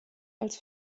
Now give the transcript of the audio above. als